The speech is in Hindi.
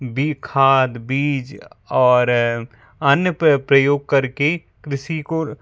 बी खाद बीज और अन्य प्रयोग करके कृषि को